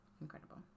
Incredible